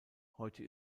heute